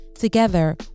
Together